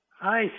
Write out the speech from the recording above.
Hi